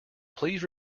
please